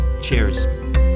Cheers